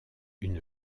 une